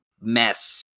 mess